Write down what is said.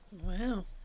Wow